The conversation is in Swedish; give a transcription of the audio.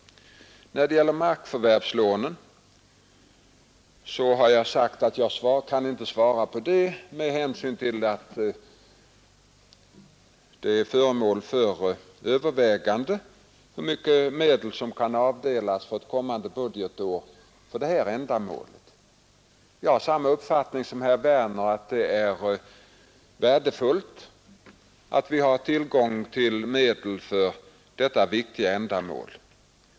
När det gäller markförvärvslånen har jag sagt att jag inte kan svara på det med hänsyn till att det är föremål för övervägande hur mycket medel som för kommande budgetår kan avdelas för detta ändamål. Jag har samma uppfattning som herr Werner att det är värdefullt att vi har tillgång till medel för detta viktiga ändamål.